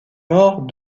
nord